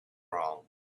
wrong